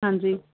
ਹਾਂਜੀ